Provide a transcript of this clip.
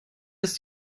ist